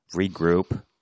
Regroup